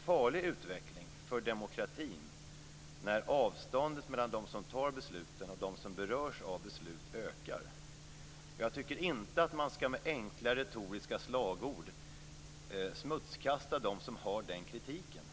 farlig utveckling för demokratin när avståndet mellan dem som tar besluten och dem som berörs av beslut ökar. Jag tycker inte att man med enkla retoriska slagord ska smutskasta dem som för fram den här kritiken.